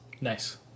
Nice